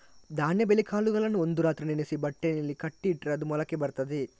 ಧಾನ್ಯ ಬೇಳೆಕಾಳುಗಳನ್ನ ಒಂದು ರಾತ್ರಿ ನೆನೆಸಿ ಬಟ್ಟೆನಲ್ಲಿ ಕಟ್ಟಿ ಇಟ್ರೆ ಅದು ಮೊಳಕೆ ಬರ್ತದೆ